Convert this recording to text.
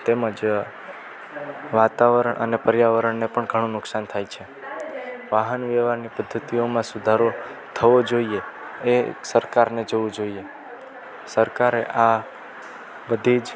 તેમજ વાતાવરણ અને પર્યાવરણને પણ ઘણું નુકસાન થાય છે વાહન વ્યવહાર ની પદ્ધતિઓમાં સુધારો થવો જોઈએ એ સરકારને જોવું જોઈએ સરકારે આ બધી જ